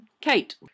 kate